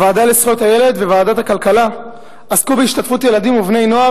הוועדה לזכויות הילד וועדת הכלכלה עסקו בהשתתפות ילדים ובני-נוער